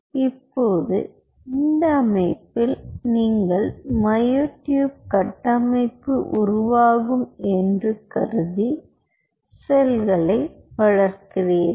இப்போது இந்த அமைப்பில் நீங்கள் மயோட்யூப் கட்டமைப்பு உருவாகும் என்று கருதி செல்களை வளர்க்கிறீர்கள்